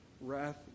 wrath